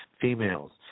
females